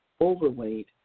overweight